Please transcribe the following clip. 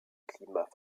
climat